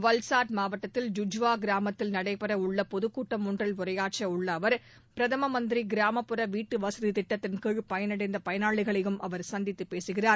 வல்சாத் மாவட்டத்தில் ஜூஜ்வா கிராமத்தில் நடைபெற உள்ள பொதுக்கூட்டம் ஒன்றில் உரையாற்ற உள்ள அவர் பிரதம மந்திரி கிராமப்புற வீட்டுவசதி திட்டத்தின் கீழ் பயனடைந்த பயனாளிகளையும் அவர் சந்தித்து பேசுகிறார்